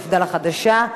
מפד"ל החדשה,